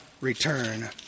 return